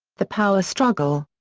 the power struggle.